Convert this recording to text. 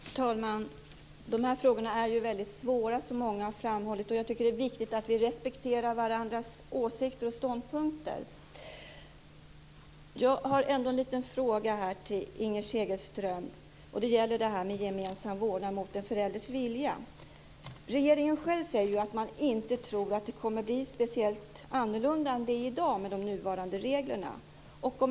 Fru talman! De här frågorna är väldigt svåra, såsom många har framhållit. Jag tycker att det är viktigt att vi respekterar varandras åsikter och ståndpunkter. Jag har en liten fråga till Inger Segelström om detta med gemensam vårdnad mot en förälders vilja. Regeringen säger själv att man inte tror att det kommer att bli speciellt annorlunda än vad det är i dag med de nuvarande reglerna.